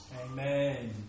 Amen